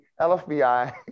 LFBI